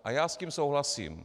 A já s tím souhlasím.